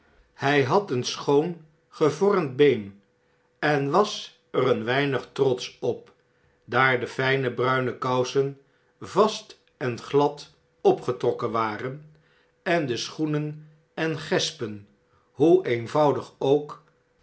hij had een schoon gevormii been en was er een weinig trotsch op daar defijne bruine kousen vast en glad opgetrokken waren en de schoenen en gespen hoe eenvoudig ook